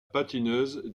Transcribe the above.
patineuse